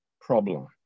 problem